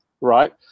right